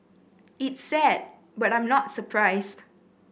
it's sad but I'm not surprised